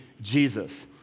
Jesus